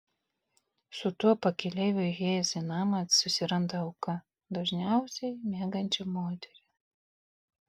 su tuo pakeleiviu įėjęs į namą susiranda auką dažniausiai miegančią moterį